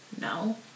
no